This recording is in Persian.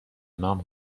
نام